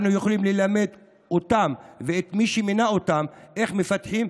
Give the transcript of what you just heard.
אנו יכולים ללמד אותם ואת מי שמינה אותם איך מפתחים,